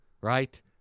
right